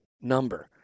number